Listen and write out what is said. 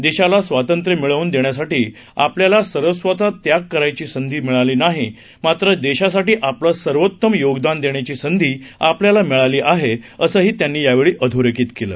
देशालास्वातंत्र्यमिळवूनदेण्यासाठीआपल्यालासर्वस्वाचात्यागकरायचीसंधीमिळालीनाही मात्रदेशासाठीआपलंसर्वोत्तमयोगदानदेण्याचीसंधीआपल्यालामिळालीआहेअसंहीत्यांनीयावेळीअधोरेखितकेलं